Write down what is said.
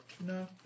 no